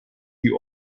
die